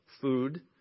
food